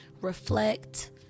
reflect